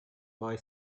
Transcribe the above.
boy